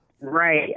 right